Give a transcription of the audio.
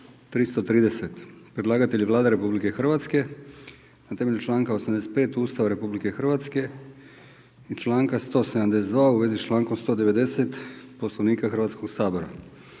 330 Predlagatelj je Vlada Republike Hrvatske na temelju članka 85.Ustava RH i članka 172. u vezi s člankom 190 Poslovnika Hrvatskog sabora.